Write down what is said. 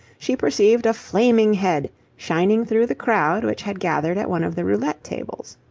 she perceived a flaming head shining through the crowd which had gathered at one of the roulette-tables.